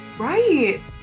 Right